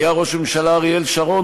היה ראש הממשלה אריאל שרון,